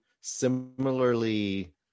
similarly